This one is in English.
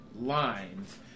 lines